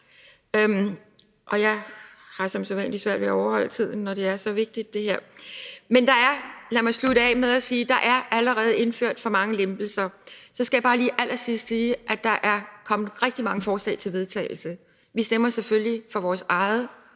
Jeg har som sædvanlig svært ved at overholde tiden, når det er så vigtigt, som det her er. Men lad mig slutte af med at sige, at der allerede er indført for mange lempelser. Så skal jeg bare lige til allersidst sige, at der er fremsat rigtig mange forslag til vedtagelse. Vi stemmer selvfølgelig for vores eget